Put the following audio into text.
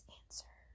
answer